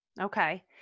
Okay